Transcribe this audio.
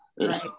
right